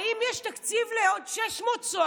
האם יש תקציב לעוד 600 סוהרים?